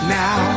now